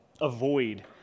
avoid